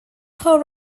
car